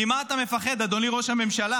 ממה אתה מפחד, אדוני ראש הממשלה?